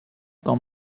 com